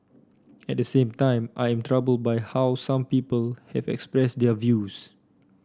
at the same time I am troubled by how some people have expressed their views